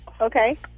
Okay